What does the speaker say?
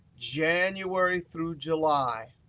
january through july.